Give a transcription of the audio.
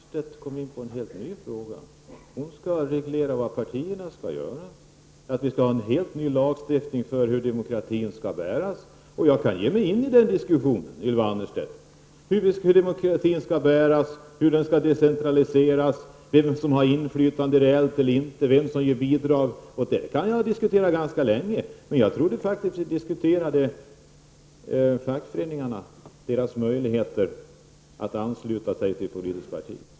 Herr talman! Nu kom Ylva Annerstedt in på en helt ny fråga. Hon skall reglera vad partierna skall göra. Skall vi ha en helt ny lagstiftning för hur demokratin skall bäras? Jag kan ge mig in i den diskussionen, Ylva Annerstedt, om hur demokratin skall bäras, hur den skall decentraliseras, vem som har reellt inflytande, vem som ger bidrag. Det kan jag diskutera ganska länge, men jag trodde faktiskt att vi diskuterade fackföreningarnas möjligheter att ansluta sig till politiskt parti.